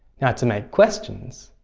now, to make questions,